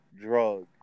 drug